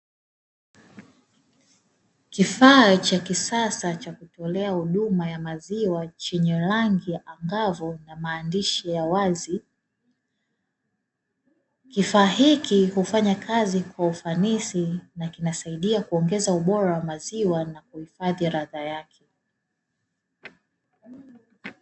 Kifaa cha kisasa cha kutolea huduma ya maziwa, chenye rangi ya angavu na maandishi ya wazi, kifaa hiki hufanya kazi kwa ufanisi na kinasaidia kuongeza ubora wa maziwa na kuhifadhi radha yake.